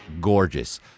gorgeous